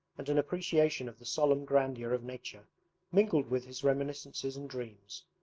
and an appreciation of the solemn grandeur of nature mingled with his reminiscences and dreams.